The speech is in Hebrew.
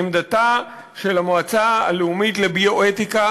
עמדתה של המועצה הלאומית לביו-אתיקה